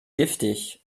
giftig